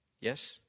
Yes